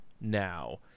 now